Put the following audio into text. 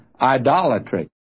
idolatry